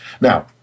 Now